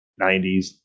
90s